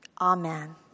Amen